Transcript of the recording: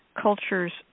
culture's